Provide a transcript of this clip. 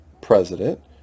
President